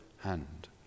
hand